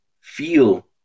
feel